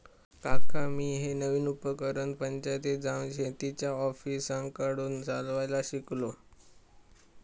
काका मी हे नवीन उपकरण पंचायतीत जाऊन शेतीच्या ऑफिसरांकडून चालवायला शिकलो